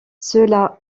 cela